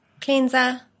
Cleanser